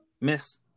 Miss